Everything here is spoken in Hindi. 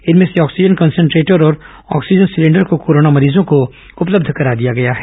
इनमें से ऑक्सीजन कंसनट्रेटर और आक्सीजन सिलेंडर को कोरोना मरीजों को उपलब्ध करा दिया गया है